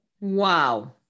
Wow